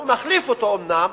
הוא מחליף אותו אומנם,